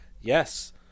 Yes